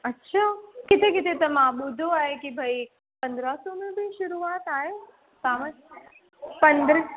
अच्छा किथे किथे त मां ॿुधो आहे के भई पंद्रहं सौ में बि शुरूआत आहे तव्हां वटि पंद्रहं